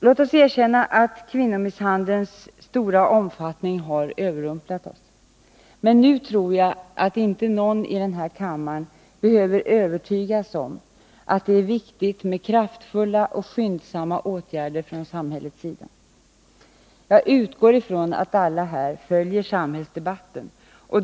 Låt oss erkänna att kvinnomisshandelns stora omfattning överrumplat oss — men nu tror jag inte att någon i den här kammaren behöver övertygas om att det är viktigt med kraftfulla, skyndsamma åtgärder från samhällets sida. Jag utgår ifrån att alla här i kammaren följer samhällsdebatten.